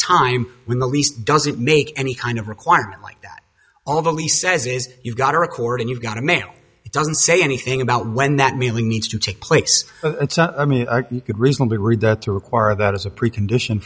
time when the lease doesn't make any kind of requirement like that all of the lease says is you've got a record and you've got to mail it doesn't say anything about when that merely needs to take place i mean you could reasonably read that to require that as a precondition